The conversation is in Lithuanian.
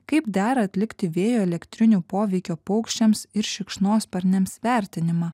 kaip dera atlikti vėjo elektrinių poveikio paukščiams ir šikšnosparniams vertinimą